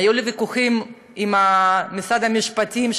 היו לי ויכוחים גם עם משרד המשפטים,